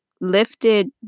lifted